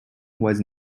was